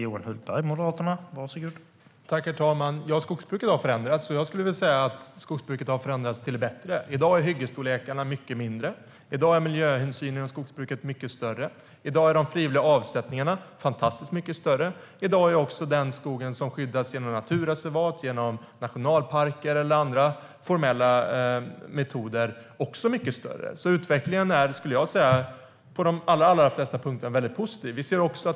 Herr talman! Ja, skogsbruket har förändrats. Jag skulle vilja säga att skogsbruket har förändrats till det bättre. I dag är hyggesstorlekarna mycket mindre. I dag är miljöhänsynen inom skogsbruket mycket större. I dag är de frivilliga avsättningarna fantastiskt mycket större. I dag är också den skog som skyddas genom naturreservat, genom nationalparker eller andra formella metoder också mycket större. Utvecklingen är på de allra flesta punkterna positiv.